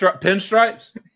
Pinstripes